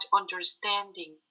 understanding